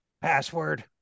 Password